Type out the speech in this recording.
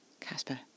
Casper